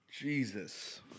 Jesus